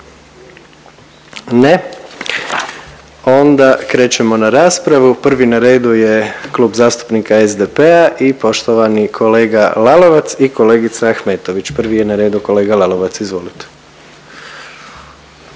Ne, onda krećemo na raspravu, prvi na redu je Klub zastupnika SDP-a i poštovani kolega Lalovac i kolegica Ahmetović. Prvi je na redu kolega Lalovac, izvolite.